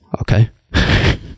okay